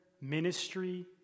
ministry